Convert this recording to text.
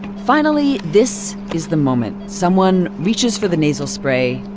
finally, this is the moment someone reaches for the nasal spray.